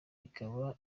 ikaba